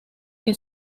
que